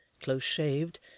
close-shaved